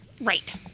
Right